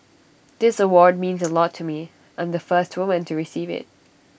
this award means A lot to me I'm the first woman to receive IT